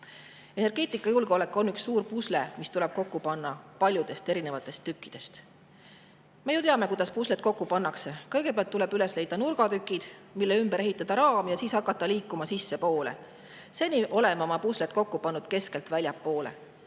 Energeetikajulgeolek on üks suur pusle, mis tuleb kokku panna paljudest erinevatest tükkidest. Me ju teame, kuidas puslet kokku pannakse. Kõigepealt tuleb üles leida nurgatükid, mille ümber ehitada raam, ja siis saab hakata liikuma sissepoole. Seni oleme oma puslet kokku pannud keskelt väljapoole.